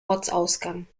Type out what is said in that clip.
ortsausgang